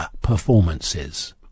performances